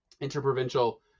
interprovincial